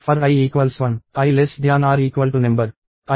కాబట్టి for i1 i number i అయితే sum plus equals i అవుతుంది